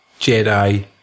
Jedi